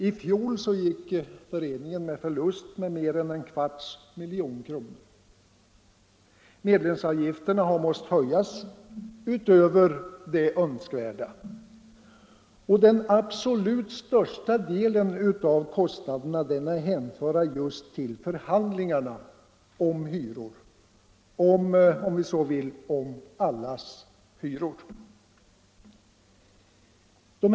I fjol gick föreningen med förlust med mer än en 1/4 milj.kr. Medlemsavgifterna har måst höjas utöver vad som är önskvärt. Den absolut största delen av kostnaderna är att hänföra till just förhandlingarna om hyror, förhandlingarna om allas hyror, om vi så vill.